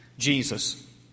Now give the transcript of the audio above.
Jesus